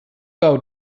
out